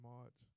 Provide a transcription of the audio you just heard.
March